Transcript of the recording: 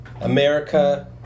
America